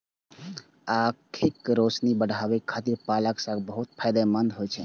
आंखिक रोशनी बढ़ाबै खातिर पालक साग बहुत फायदेमंद होइ छै